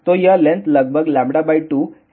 तो यह लेंथ लगभग λ 2 है